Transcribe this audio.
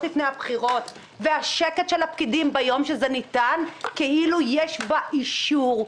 לפני הבחירות והשקט של הפקידים ביום שזה ניתן כאילו יש בכך אישור,